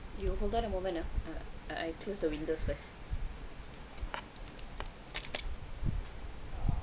you hold on a moment ah I I close the windows first